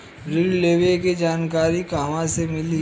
ऋण लेवे के जानकारी कहवा से मिली?